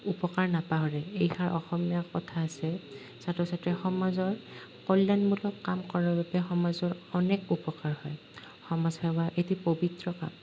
উপকাৰ নাপাহৰে এইষাৰ অসমীয়া কথা আছে ছাত্ৰ ছাত্ৰী সমাজত কল্যাণমূলক কাম কৰাৰ বাবে সমাজৰ অনেক উপকাৰ হয় সমাজ সেৱা এটি পৱিত্ৰ কাম